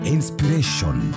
Inspiration